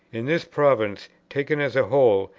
in this province, taken as a whole,